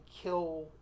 kill